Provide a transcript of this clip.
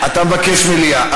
אתה מבקש מליאה.